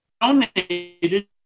donated